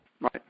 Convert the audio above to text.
Right